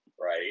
right